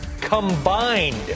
combined